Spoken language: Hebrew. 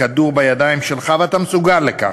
הכדור בידיים שלך, ואתה מסוגל לכך.